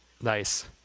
Nice